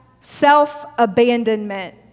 self-abandonment